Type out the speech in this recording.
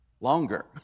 longer